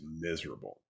miserable